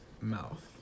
mouth